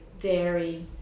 dairy